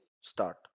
start